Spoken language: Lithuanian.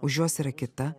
už jos yra kita